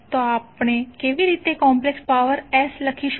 તો આપણે કેવી રીતે કોમ્પ્લેક્સ પાવર S લખીશું